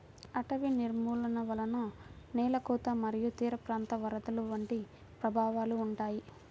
అటవీ నిర్మూలన వలన నేల కోత మరియు తీరప్రాంత వరదలు వంటి ప్రభావాలు ఉంటాయి